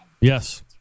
Yes